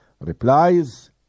replies